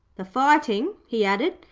the fighting he added,